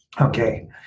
okay